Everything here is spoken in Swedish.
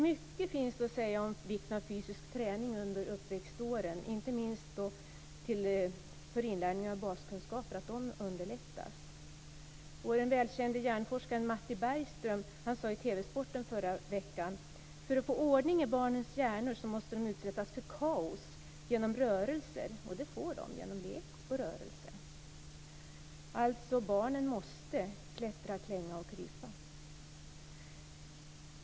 Det finns mycket att säga om vikten av fysisk träning under uppväxtåren, inte minst att inlärning av baskunskaper underlättas. Den välkände hjärnforskaren Matti Bergström sade i TV-sporten förra veckan: För att få ordning i barns hjärnor måste de utsättas för kaos genom rörelser, och det får de genom lek och rörelser. Barnen måste alltså klättra, klänga och krypa.